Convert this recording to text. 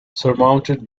surmounted